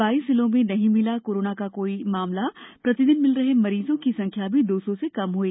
बाईस जिलों में नहीं मिला कोरोना का कोई मामला प्रतिदिन मिल रहे मरीजों की संख्या भी दो सौ से कम हुई